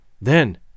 Then